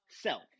self